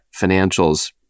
financials